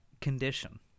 condition